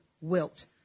Wilt